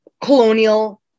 colonial